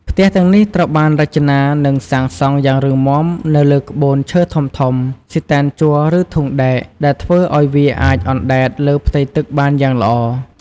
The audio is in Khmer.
ផ្ទះទាំងនេះត្រូវបានរចនា និងសាងសង់យ៉ាងរឹងមាំនៅលើក្បូនឈើធំៗ ស៊ីទែនជ័រ ឬធុងដែក ដែលធ្វើឲ្យវាអាចអណ្ដែតលើផ្ទៃទឹកបានយ៉ាងល្អ។